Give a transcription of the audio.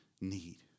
need